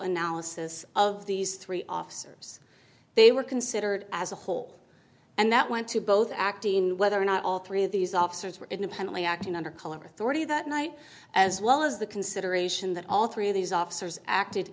analysis of these three officers they were considered as a whole and that went to both acting whether or not all three of these officers were independently acting under color of authority that night as well as the consideration that all three of these officers acted